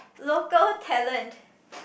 local talent